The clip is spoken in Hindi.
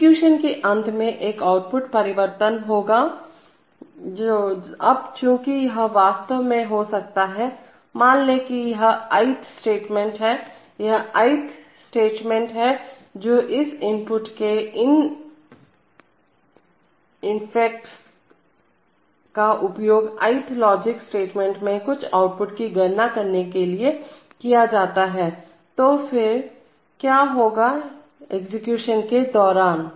एग्जीक्यूशन के अंत में एक आउटपुट परिवर्तन होगा अब चूंकि यह वास्तव में हो सकता है मान लें कि यह ith स्टेटमेंट है यह ith स्टेटमेंट है जो इस इनपुट के इन इफेक्ट्स का उपयोग ith लॉजिकल स्टेटमेंट में कुछ आउटपुट की गणना करने के लिए किया जाता हैतो फिर क्या होगा एक्सेक्यूटिव निष्पादन के दौरान